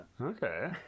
okay